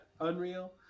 unreal